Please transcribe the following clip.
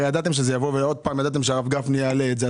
הרי ידעתם שזה יבוא וידעתם שהרב גפני יעלה על זה.